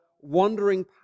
wandering